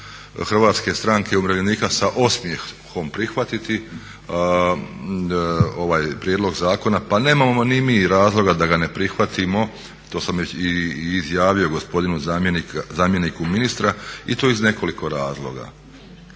da će klub HSU-a sa osmijehom prihvatiti ovaj prijedlog zakona. Pa nemamo ni mi razloga da ga ne prihvatimo, to sam već i izjavio gospodinu zamjeniku ministra i to iz nekoliko razloga.